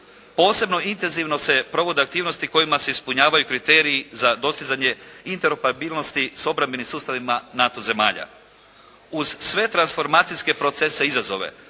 Posebno intenzivno se provode aktivnosti kojima se ispunjavaju kriteriji za dostizanje interoperatibilnosti s obrambenim sustavima NATO zemalja. Uz sve transformacijske procese i izazove